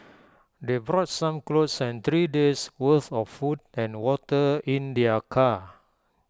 they brought some clothes and three days' worth of food and water in their car